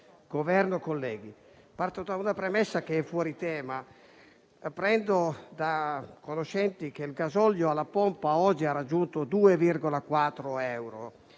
Governo, colleghi, parto da una premessa che è fuori tema. Apprendo da conoscenti che il gasolio alla pompa oggi ha raggiunto 2,4 euro;